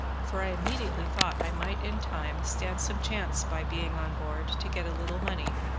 for i immediately thought i might in time stand some chance by being on board to get a little money,